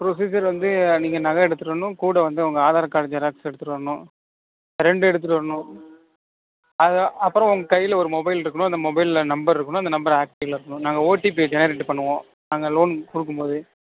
procedure வந்து நீங்கள் நகை எடுத்துகிட்டு வரணும் கூட வந்து உங்கள் ஆதார் கார்டு ஜெராக்ஸ் எடுத்துகிட்டு வரணும் ரெண்டு எடுத்துகிட்டு வரணும் அதான் அப்புறம் உங்கள் கையில ஒரு மொபைல் இருக்கணும் அந்த மொபைலில் நம்பர் இருக்கணும் அந்த நம்பரை ஆக்டிவில் இருக்கணும் நாங்கள் ஓடிபி ஜெனரேட் பண்ணுவோம் நாங்கள் லோன் கொடுக்கும்போதே